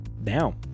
Now